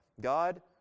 God